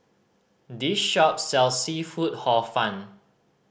this shop sells seafood Hor Fun